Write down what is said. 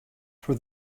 for